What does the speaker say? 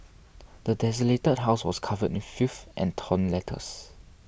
the desolated house was covered in filth and torn letters